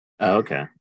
okay